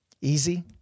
Easy